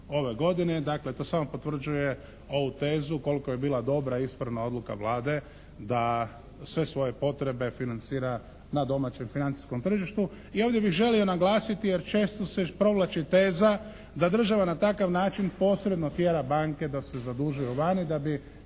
ove godine. Dakle to samo potvrđuje ovu tezu koliko je bila dobra, ispravna odluka Vlade da sve svoje potrebe financira na domaćem financijskom tržištu. I ovdje bih želio naglasiti, jer često se provlači teza da država na takav način posredno tjera banke da se zadužuju vani da bi